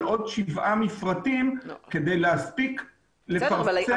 עוד שבעה מפרטים כדי להספיק לפרסם אותם.